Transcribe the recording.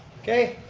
okay,